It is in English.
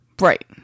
Right